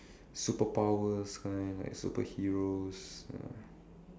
superpowers kind like superheroes ya